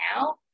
now